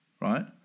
right